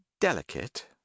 delicate